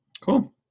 Cool